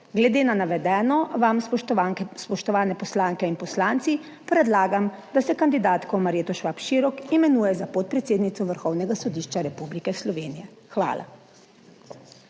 Glede na navedeno vam, spoštovane poslanke in poslanci, predlagam, da se kandidatko Marjeto Švab Širok imenuje za podpredsednico Vrhovnega sodišča Republike Slovenije. Hvala.